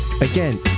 Again